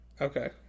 okay